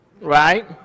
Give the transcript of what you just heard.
right